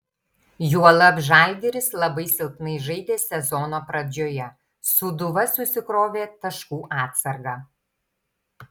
juolab žalgiris labai silpnai žaidė sezono pradžioje sūduva susikrovė taškų atsargą